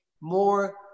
more